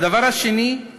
הדבר השני שהוא